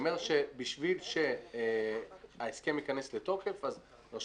אני אומר שבשביל שההסכם ייכנס לתוקף אז אחד מהתנאים של